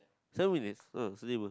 seven minutes uh